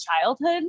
childhood